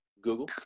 Google